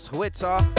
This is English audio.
Twitter